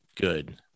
good